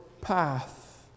path